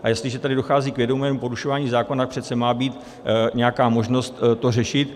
A jestliže tady dochází k vědomému porušování zákona, tak přece má být nějaká možnost to řešit.